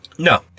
No